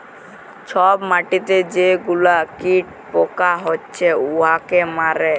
ছব মাটিতে যে গুলা কীট পকা হছে উয়াকে মারে